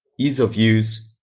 ease of use,